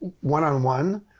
one-on-one